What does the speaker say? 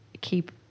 keep